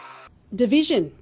division